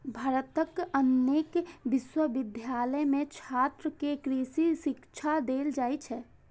भारतक अनेक विश्वविद्यालय मे छात्र कें कृषि शिक्षा देल जाइ छै